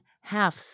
half